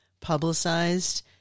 publicized